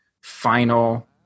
final